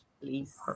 please